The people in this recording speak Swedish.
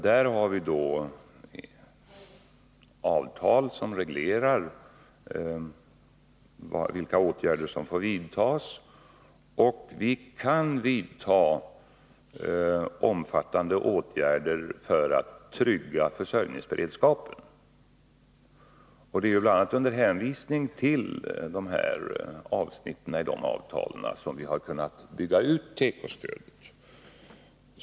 Där har vi då avtal som reglerar vilka åtgärder som får vidtas, och vi kan vidta omfattande åtgärder för att trygga försörjningsberedskapen. Det är bl.a. under hänvisning till de här avsnitten i avtalen som vi kunnat bygga ut tekostödet.